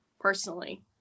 personally